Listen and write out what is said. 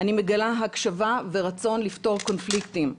אני מגלה הקשבה ורצון לפתור קונפליקטים,